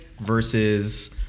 versus